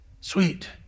Sweet